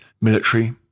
military